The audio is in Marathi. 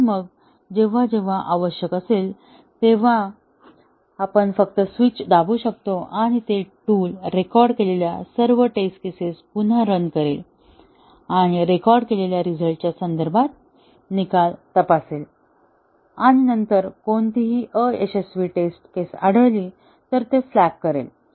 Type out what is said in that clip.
आणि मग जेव्हा जेव्हा आवश्यक असेल तेव्हा आपण फक्त स्विच दाबू शकतो आणि ते टूल रेकॉर्ड केलेल्या सर्व टेस्ट केसेस पुन्हा रन करेल आणि रेकॉर्ड केलेल्या रिझल्टच्या संदर्भात निकाल तपासेल आणि नंतर कोणतीही अयशस्वी टेस्ट केसेस आढळली तर फ्लॅग करेल